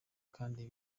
kandi